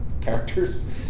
characters